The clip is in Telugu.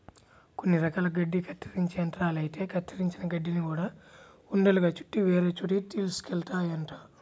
కొన్ని రకాల గడ్డి కత్తిరించే యంత్రాలైతే కత్తిరించిన గడ్డిని గూడా ఉండలుగా చుట్టి వేరే చోటకి తీసుకెళ్తాయంట